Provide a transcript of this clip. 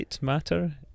matter